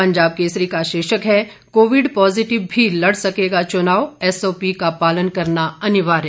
पंजाब केसरी का शीर्षक है कोविड पॉजिटिव भी लड़ सकेगा चुनाव एसओपी का पालन करना अनिवार्य